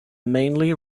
mainly